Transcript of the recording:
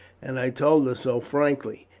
and i told her so frankly.